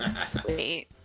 Sweet